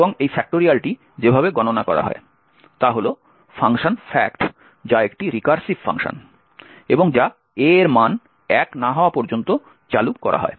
এবং এই ফ্যাক্টোরিয়ালটি যেভাবে গণনা করা হয় তা হল ফাংশন fact যা একটি রিকার্সিভ ফাংশন এবং যা a এর মান 1 না হওয়া পর্যন্ত চালু করা হয়